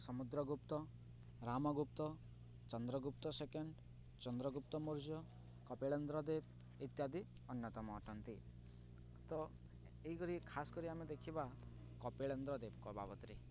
ସମୁଦ୍ର ଗୁପ୍ତ ରାମଗୁପ୍ତ ଚନ୍ଦ୍ରଗୁପ୍ତ ସେକେଣ୍ଡ ଚନ୍ଦ୍ରଗୁପ୍ତ ମୌର୍ଯ୍ୟ କପିଳେେନ୍ଦ୍ର ଦେବ ଇତ୍ୟାଦି ଅନ୍ୟତମ ଅଟନ୍ତି ତ ଏହିପରି ଖାସ୍ କରି ଆମେ ଦେଖିବା କପିଳେନ୍ଦ୍ର ଦେବଙ୍କ ବାବଦରେ